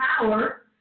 power